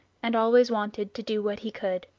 and always wanted to do what he could.